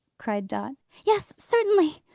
cried dot. yes! certainly!